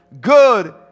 good